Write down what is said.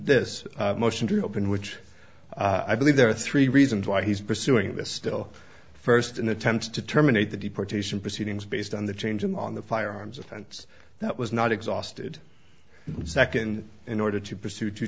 this motion to reopen which i believe there are three reasons why he's pursuing this still first in attempts to terminate the deportation proceedings based on the change in on the firearms offense that was not exhausted second in order to pursue to